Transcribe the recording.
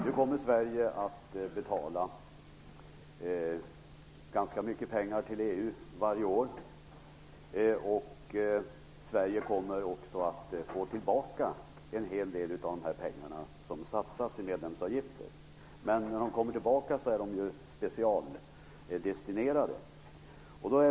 Nu kommer Sverige att betala ganska mycket pengar till EU varje år, och Sverige kommer också att få tillbaka en hel del av de pengar som satsas i medlemsavgifter. Men när de kommer tillbaka är de specialdestinerade.